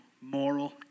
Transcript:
moral